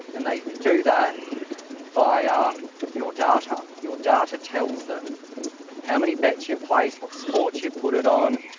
and they do that via your data. your data tells them how many bets you've placed, what sport you've put it on,